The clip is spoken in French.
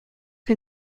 que